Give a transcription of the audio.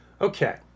Okay